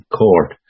court